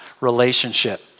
relationship